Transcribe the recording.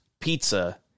pizza